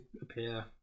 appear